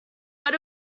but